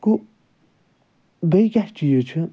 گوٚو بیٚیہِ کیٛاہ چیٖز چھُ